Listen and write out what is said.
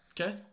Okay